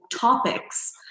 topics